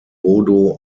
bodo